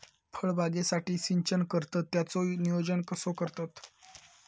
फळबागेसाठी सिंचन करतत त्याचो नियोजन कसो करतत?